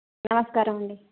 నమస్కారమండి